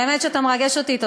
באמת שאתה מרגש אותי.